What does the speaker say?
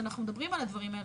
כשאנחנו מדברים על הדברים האלה,